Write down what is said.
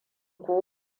ko